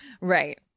Right